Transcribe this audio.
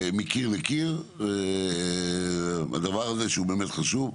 מכיר מכיר, הדבר הזה שהוא באמת חשוב.